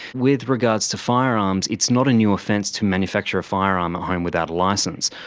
with regards to firearms, it's not a new offence to manufacture a firearm at home without a licence.